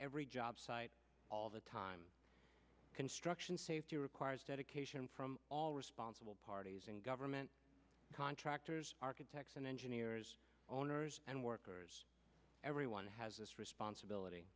every job site all the time construction safety requires dedication from all responsible parties and government contractors architects and engineers owners and workers everyone has this responsibility